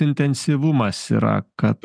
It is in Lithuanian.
intensyvumas yra kad